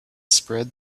spread